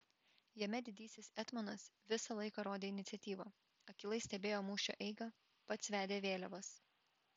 jame didysis etmonas visą laiką rodė iniciatyvą akylai stebėjo mūšio eigą pats vedė vėliavas